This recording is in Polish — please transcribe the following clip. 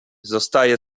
zostaje